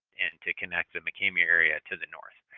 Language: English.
and to connect the mccamey area to the north.